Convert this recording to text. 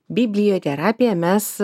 biblioterapiją mes